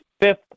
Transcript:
fifth